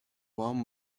one